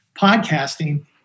podcasting